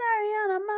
Ariana